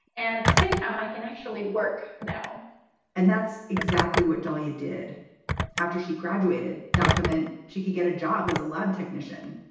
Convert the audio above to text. and at the same time, i can actually work now and that's exactly what dolia did after she graduated document. she could get a job as a lab technician.